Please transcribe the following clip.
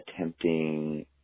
attempting